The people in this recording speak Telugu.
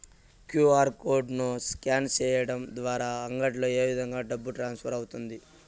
క్యు.ఆర్ కోడ్ ను స్కాన్ సేయడం ద్వారా అంగడ్లలో ఏ విధంగా డబ్బు ట్రాన్స్ఫర్ అవుతుంది